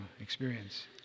experience